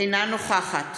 אינה נוכחת